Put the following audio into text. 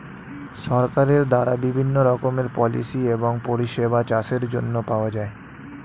সরকারের দ্বারা বিভিন্ন রকমের পলিসি এবং পরিষেবা চাষের জন্য পাওয়া যায়